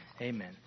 amen